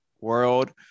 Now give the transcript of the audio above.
world